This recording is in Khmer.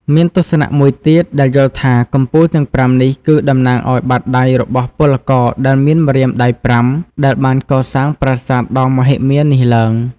មានទស្សនៈមួយទៀត ដែលយល់ថា កំពូលទាំងប្រាំនេះ គឺតំណាងឱ្យបាតដៃរបស់ពលករដែលមានម្រាមដៃប្រាំ ដែលបានកសាងប្រាសាទដ៏មហិមានេះឡើង។